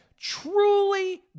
truly